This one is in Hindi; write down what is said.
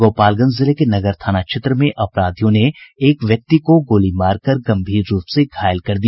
गोपालगंज जिले के नगर थाना क्षेत्र में अपराधियों ने एक व्यक्ति को गोली मारकर गंभीर रूप से घायल कर दिया